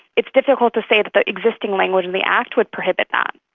it is difficult to say that the existing language of the act would prohibit that.